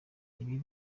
ibi